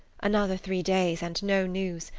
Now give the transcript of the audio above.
another three days, and no news.